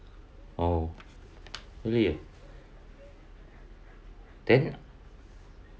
oh really eh then